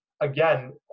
again